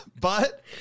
But-